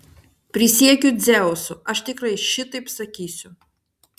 prisiekiu dzeusu aš tikrai šitaip sakysiu